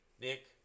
Nick